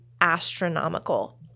astronomical